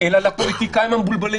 אלא לפוליטיקאים המבולבלים